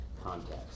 context